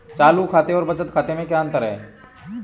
चालू खाते और बचत खाते में क्या अंतर है?